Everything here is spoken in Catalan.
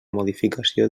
modificació